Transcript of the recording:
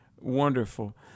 Wonderful